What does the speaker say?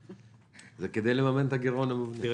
זה כדי לממן את הגירעון המובנה.